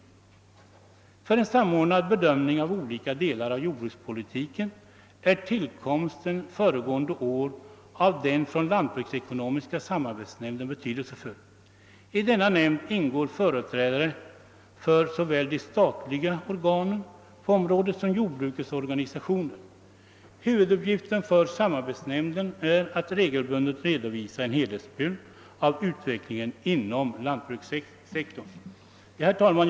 För en samordnad bedömning av olika delar av jordbrukspolitiken är tillkomsten föregående år av den lantbruksekonomiska samarbetsnämnden betydelsefull. I denna nämnd ingår företrädare för såväl de statliga organen på området som jordbrukets organisationer. Huvuduppgiften för samarbetsnämnden är att regelbundet redovisa en helhetsbild av utvecklingen inom lantbrukssektorn. Herr talman!